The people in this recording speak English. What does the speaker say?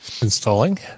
Installing